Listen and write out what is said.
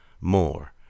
more